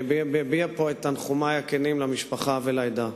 אני מביע פה את תנחומי הכנים למשפחה ולעדה.